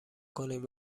کنیم